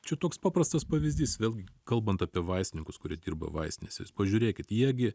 čia toks paprastas pavyzdys vėlgi kalbant apie vaistininkus kurie dirba vaistinėse jūs pažiūrėkit jie gi